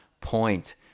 point